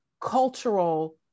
cultural